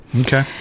Okay